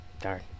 Darn